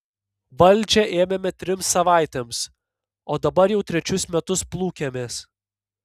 valdžią ėmėme trims savaitėms o dabar jau trečius metus plūkiamės